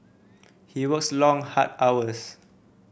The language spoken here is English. he works long hard hours